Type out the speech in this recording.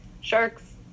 sharks